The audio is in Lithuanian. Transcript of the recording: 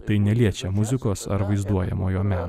tai neliečia muzikos ar vaizduojamojo meno